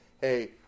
Hey